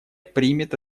примет